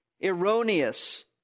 erroneous